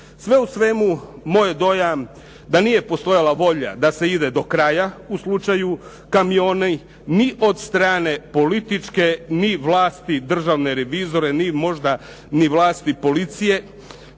Sve u svemu moj je dojam da nije postojala volja da se ide do kraja u slučaju "Kamioni" ni od strane političke, ni vlasti, ni državne revizore, ni možda vlasti policije.